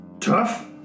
tough